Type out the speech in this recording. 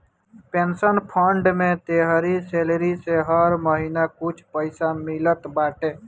pension fund में तोहरी salary से हर महिना कुछ पईसा मिलत बाटे